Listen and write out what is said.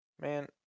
Man